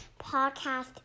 podcast